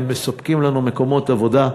הם מספקים לנו מקומות עבודה.